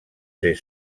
ser